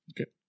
Okay